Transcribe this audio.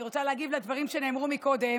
הרפורמה לבריאות הנפש,